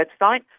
website